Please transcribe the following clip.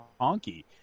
Honky